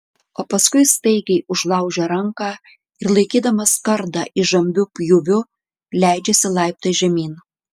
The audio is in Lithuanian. o paskui staigiai užlaužia ranką ir laikydamas kardą įžambiu pjūviu leidžiasi laiptais žemyn